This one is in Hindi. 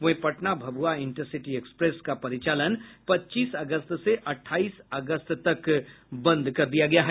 वहीं पटना भभुआ इंटरसिटी एक्सप्रेस का परिचालन पच्चीस अगस्त से अठाईस अगस्त तक नहीं होगा